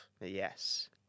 Yes